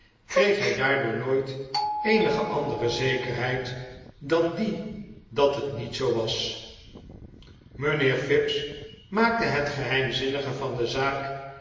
kreeg hij daardoor nooit eenige andere zekerheid dan die dat het niet zoo was mijnheer fips maakte het geheimzinnige van de zaak